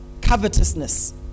covetousness